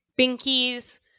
binkies